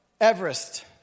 Everest